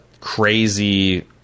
crazy